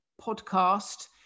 podcast